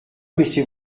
baissez